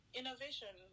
innovation